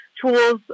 tools